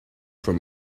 from